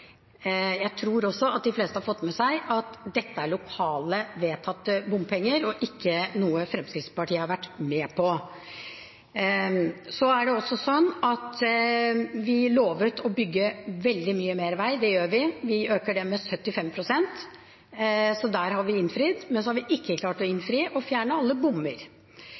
Jeg tror også at de fleste har fått med seg at dette er lokalt vedtatte bompenger og ikke noe Fremskrittspartiet har vært med på. Vi lovet å bygge veldig mye mer vei. Det gjør vi, og vi øker det med 75 pst. Så der har vi innfridd. Men vi har ikke klart å innfri å fjerne alle bommer.